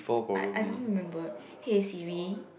I I don't remember hey Siri